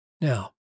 Now